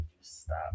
stop